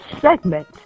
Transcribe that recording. segment